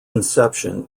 inception